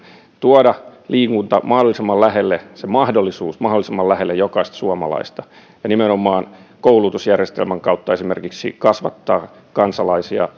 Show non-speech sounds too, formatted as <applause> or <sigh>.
tuoda liikunta mahdollisimman lähelle se mahdollisuus mahdollisimman lähelle jokaista suomalaista ja nimenomaan koulutusjärjestelmän kautta esimerkiksi kasvattaa kansalaisia <unintelligible>